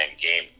game